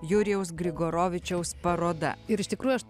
jurijaus grigoravičiaus paroda ir iš tikrųjų aš